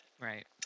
Right